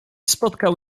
spotkał